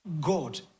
God